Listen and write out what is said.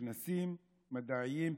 כנסים מדעיים,